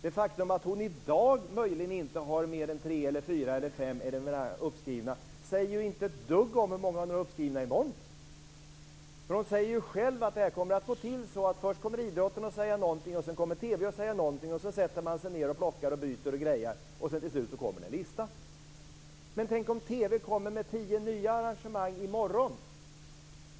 Det faktum att hon i dag möjligen inte har mer än tre, fyra eller fem arrangemang uppskrivna säger inte ett dugg om hur många hon har uppskrivna i morgon. Hon säger själv att det här kommer att gå till så att först säger idrotten någonting, sedan säger TV någonting och sedan sätter man sig ned och plockar och byter och grejar, och till slut kommer det en lista. Men tänk om TV kommer med tio nya arrangemang i morgon?